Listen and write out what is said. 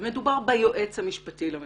מדובר ביועץ המשפטי לממשלה,